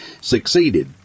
succeeded